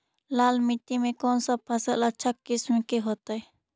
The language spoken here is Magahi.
लाल मिट्टी में कौन से फसल अच्छा किस्म के होतै?